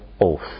oath